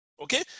okay